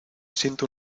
siento